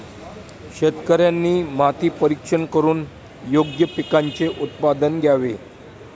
शेतकऱ्यांनी माती परीक्षण करून योग्य पिकांचे उत्पादन घ्यावे